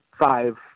five